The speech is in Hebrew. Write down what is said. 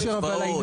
יש הצבעות,